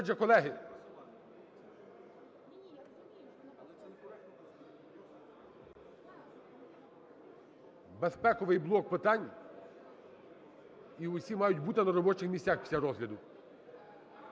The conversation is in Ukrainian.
Отже, колеги, безпековий блок питань, і всі мають бути на робочих місцях після розгляду.